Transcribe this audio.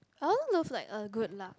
I'll love like a good laksa